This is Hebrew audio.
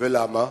ולמה?